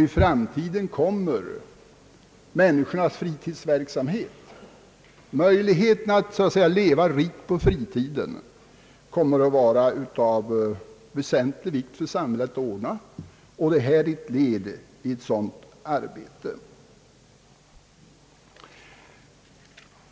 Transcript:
I framtiden kommer människornas fritidsverksamhet och möjligheterna att så att säga leva rikt på fritiden att vara av väsentlig vikt för samhället att ordna. Detta är ett led i ett sådant arbete.